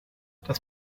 das